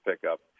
pickup